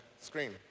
screen